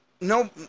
no